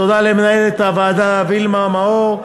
תודה למנהלת הוועדה וילמה מאור,